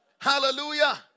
Hallelujah